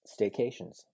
staycations